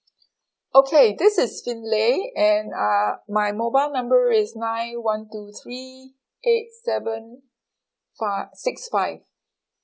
okay this is xin li and uh my mobile number is nine one two three eight seven fi~ six five